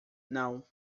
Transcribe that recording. não